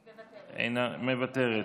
מוותרת,